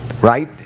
right